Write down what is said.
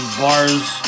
bars